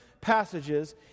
passages